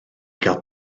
gael